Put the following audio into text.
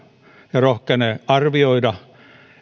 rohkenen arvioida